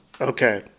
Okay